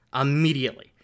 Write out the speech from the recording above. immediately